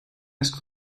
nicht